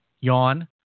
Yawn